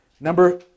Number